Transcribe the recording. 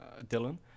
Dylan